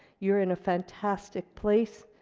you're in a fantastic place.